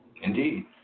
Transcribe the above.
Indeed